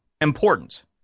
important